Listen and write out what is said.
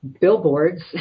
billboards